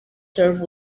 served